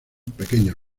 pequeños